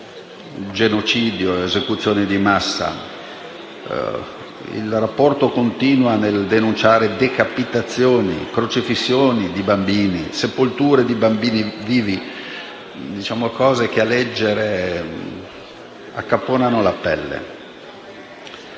genocidi ed esecuzioni di massa. Il rapporto continua con il denunciare decapitazioni, crocifissioni di bambini e sepolture di bambino vivi, cose che a leggere fanno accapponare la pelle.